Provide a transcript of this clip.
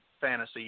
Fantasy